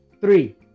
three